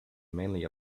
mainly